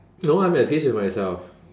no I'm at peace with myself